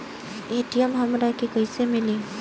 ATM हमरा के कइसे मिली?